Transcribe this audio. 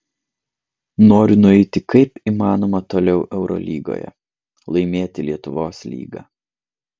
noriu nueiti kaip įmanoma toliau eurolygoje laimėti lietuvos lygą